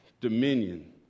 dominion